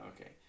okay